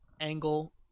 angle